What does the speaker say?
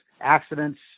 accidents